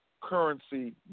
currency